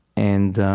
and